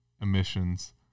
emissions